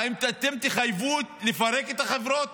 האם אתם תחייבו לפרק את החברות?